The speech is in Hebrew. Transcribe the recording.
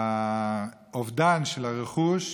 האובדן של הרכוש,